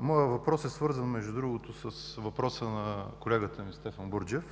Моят въпрос е свързан, между другото, с въпроса на колегата ми Стефан Бурджев.